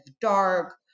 dark